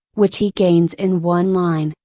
which he gains in one line,